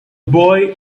boy